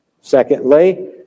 secondly